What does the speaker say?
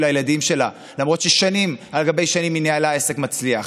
הילדים שלה למרות ששנים על גבי שנים היא ניהלה עסק מצליח.